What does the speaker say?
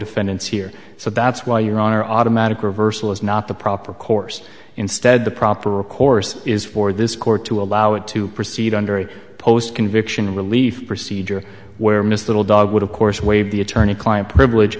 fendants here so that's why you're on our automatic reversal is not the proper course instead the proper recourse is for this court to allow it to proceed under a post conviction relief procedure where miss little dog would of course waive the attorney client privilege